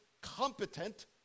competent